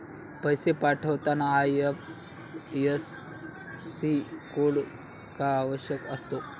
पैसे पाठवताना IFSC code का आवश्यक असतो?